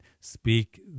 speak